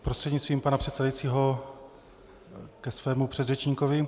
Prostřednictvím pana předsedajícího ke svému předřečníkovi.